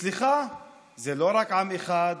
סליחה, זה לא רק עם אחד,